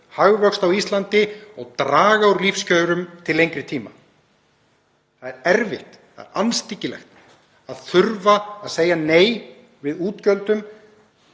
hagvöxt á Íslandi og draga úr lífskjörum til lengri tíma. Það er erfitt og það er andstyggilegt að þurfa að segja nei við útgjöldum